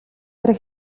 арай